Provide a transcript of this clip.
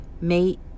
mate